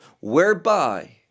whereby